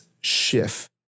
shift